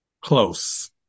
Close